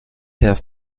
herr